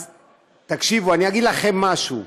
אז תקשיבו, אני אגיד לכם משהו: